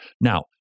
Now